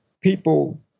people